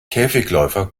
käfigläufer